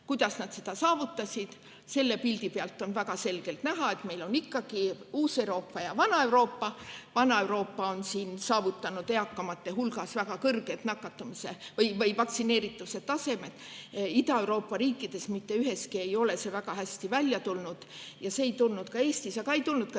Kuidas nad selle saavutasid? Selle pildi pealt on väga selgelt näha, et meil on ikkagi uus Euroopa ja vana Euroopa. Vana Euroopa on saavutanud eakamate hulgas väga kõrge vaktsineerituse taseme. Ida-Euroopa riikidest mitte üheski ei ole see väga hästi välja tulnud. See ei ole õnnestunud Eestis ja ei ole